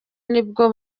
nibwo